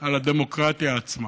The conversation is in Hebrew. על הדמוקרטיה עצמה.